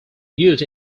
used